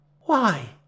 Why